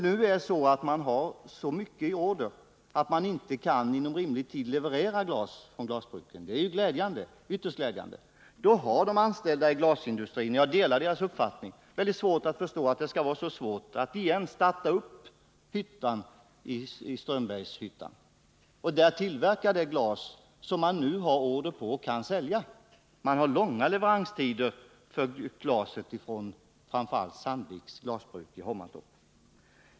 När glasbruken nu har så mycket order att de inte kan leverera glas inom rimlig tid — vilket i och för sig är ytterst glädjande — kan jag instämma i de anställdas uppfattning att det är mycket svårt att förstå varför man inte skulle kunna starta hyttan i Strömbergshyttan igen och där tillverka det glas som man nu har order på och kan sälja. Det är långa leveranstider på glas från framför allt Sandviks glasbruk i Hovmantorp.